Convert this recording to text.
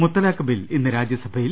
മുത്തലാഖ് bill ഇന്ന് രാജ്യസഭയിൽ